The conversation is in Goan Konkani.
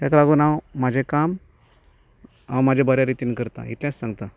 ताका लागून हांव म्हजें काम हांव म्हजें बऱ्या रितीन करतां इतलेंच सांगतां